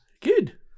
Good